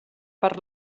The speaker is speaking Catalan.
per